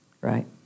right